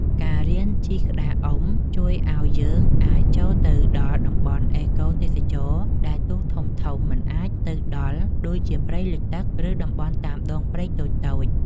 ការរៀនជិះក្តារអុំ ជួយឱ្យយើងអាចចូលទៅដល់តំបន់អេកូទេសចរណ៍ដែលទូកធំៗមិនអាចទៅដល់ ដូចជាព្រៃលិចទឹក ឬតំបន់តាមដងព្រែកតូចៗ។